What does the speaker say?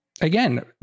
again